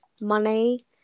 money